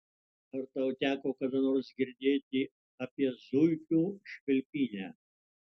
ar tau teko kada nors girdėti apie zuikių švilpynę